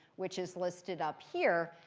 which is listed up here.